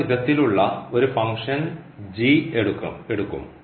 എന്ന വിധത്തിലുള്ള ഒരു ഫംഗ്ഷൻ എടുക്കും